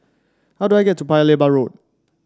how do I get to Paya Lebar Road